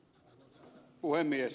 arvoisa puhemies